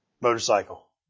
motorcycle